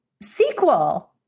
sequel